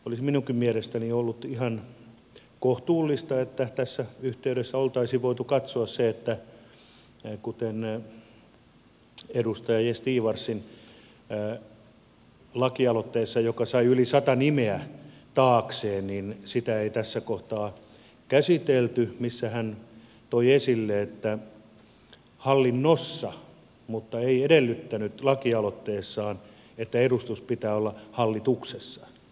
olisi minunkin mielestäni ollut ihan kohtuullista että tässä yhteydessä oltaisiin voitu katsoa kuten edustaja gästgivarsin lakialoitteessa joka sai yli sata nimeä taakseen sitä ei tässä kohtaa käsitelty missä hän toi esille että pitää olla edustus hallinnossa mutta ei edellyttänyt lakialoitteessaan että edustus pitää olla hallituksessa